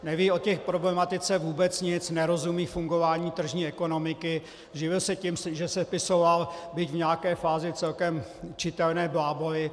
Neví o té problematice vůbec nic, nerozumí fungování tržní ekonomiky, živil se tím, že sepisoval byť v nějaké fázi celkem čitelné bláboly.